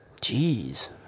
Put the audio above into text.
Jeez